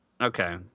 okay